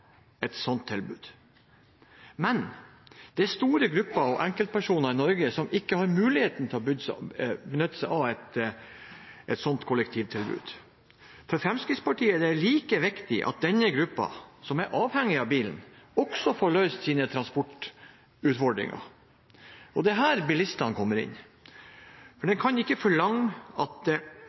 et godt tilbud til alle som kan benytte seg av det, men det er store grupper og enkeltpersoner i Norge som ikke har mulighet til å benytte seg av et sånt kollektivtilbud. For Fremskrittspartiet er det like viktig at denne gruppen, som er avhengig av bilen, får løst sine transportutfordringer. Og det er her bilistene kommer inn. Vi kan ikke forlange at